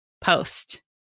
post